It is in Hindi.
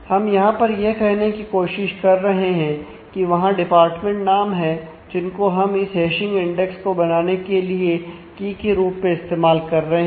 हम यहां पर यह करने की कोशिश कर रहे हैं कि वहां डिपार्टमेंट नाम है जिनको हम इस हैशिंग इंडेक्स के रूप में इस्तेमाल कर रहे हैं